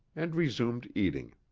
and resumed eating.